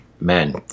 man